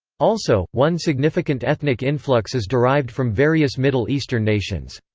also, one significant ethnic influx is derived from various middle eastern nations.